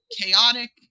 chaotic